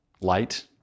light